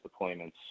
deployments